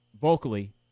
vocally